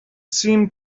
seemed